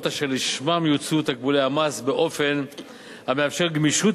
אשר לשמן יוצאו תקבולי המס באופן המאפשר גמישות